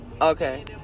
Okay